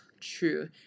true